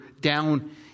down